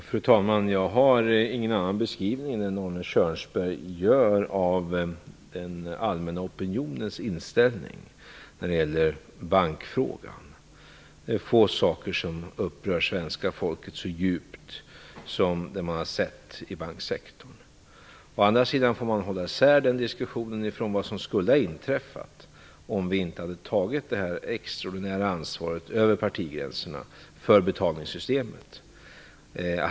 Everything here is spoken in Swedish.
Fru talman! Jag har ingen annan beskrivning än Arne Kjörnsbergs av den allmänna opinionens inställning när det gäller bankfrågan. Det är få saker som upprört svenska folket så djupt som det man sett inom banksektorn. Å andra sidan får man hålla isär den diskussionen från vad som skulle ha inträffat om vi inte över partigränserna hade tagit detta extraordinära ansvar för betalningssystemet.